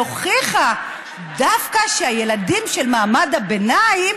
הוכיחה דווקא שהילדים של מעמד הביניים